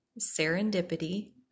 serendipity